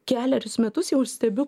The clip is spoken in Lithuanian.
kelerius metus jau stebiu